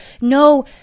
no